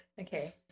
Okay